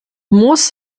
muss